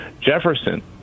Jefferson